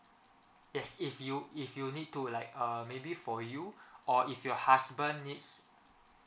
yes if you if you need to like err maybe for you or if your husband needs